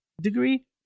degree